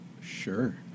Sure